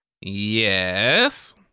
Yes